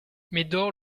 médor